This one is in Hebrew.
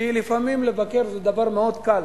כי לפעמים לבקר זה דבר מאוד קל.